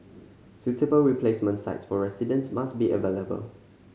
suitable replacement sites for residents must be available